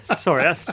Sorry